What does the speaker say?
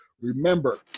remember